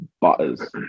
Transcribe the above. butters